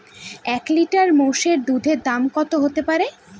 এক লিটার মোষের দুধের দাম কত হতেপারে?